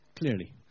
clearly